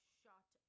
shot